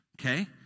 okay